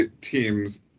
team's